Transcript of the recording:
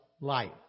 life